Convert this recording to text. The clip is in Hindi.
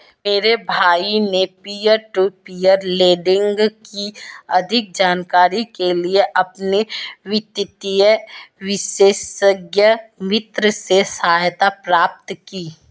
मेरे भाई ने पियर टू पियर लेंडिंग की अधिक जानकारी के लिए अपने वित्तीय विशेषज्ञ मित्र से सहायता प्राप्त करी